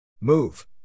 Move